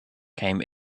came